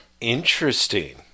Interesting